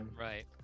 right